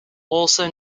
also